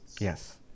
Yes